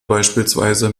beispielsweise